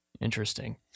Interesting